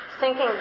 sinking